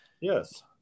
Yes